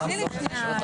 אתה מתעלם מזה.